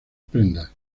prendas